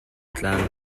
tlang